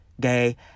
gay